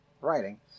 writing